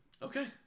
Okay